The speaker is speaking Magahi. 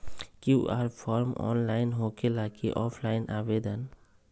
कियु.आर फॉर्म ऑनलाइन होकेला कि ऑफ़ लाइन आवेदन?